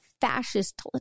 fascist